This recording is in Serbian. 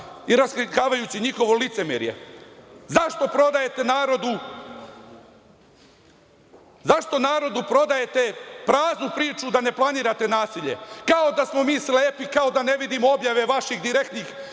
i raskrinkavajući njihovo licemerje, zašto prodajete narodu praznu priču da ne planirate nasilje, kao da smo mi slepi? Kao da ne vidimo objave vaših direktnih